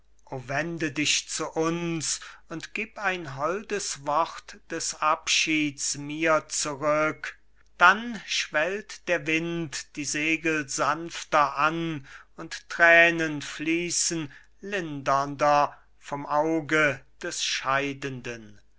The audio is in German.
wende dich zu uns und gib ein holdes wort des abschieds mir zurück dann schwellt der wind die segel sanfter an und thränen fließen lindernder vom auge des scheidenden